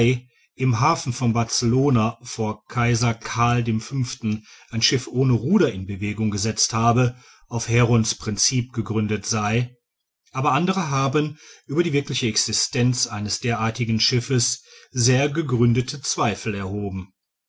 im hafen von barcelona vor kaiser karl v ein schiff ohne ruder in bewegung gesetzt habe auf herons prinzip gegründet sei aber andere haben über die wirkliche existenz eines derartigen schiffes sehr gegründete zweifel erhoben